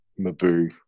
Mabu